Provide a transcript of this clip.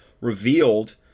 revealed